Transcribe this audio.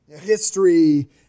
History